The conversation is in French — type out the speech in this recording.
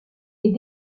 est